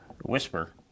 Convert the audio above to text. whisper